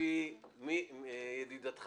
בעניין (ג) ו-(ב),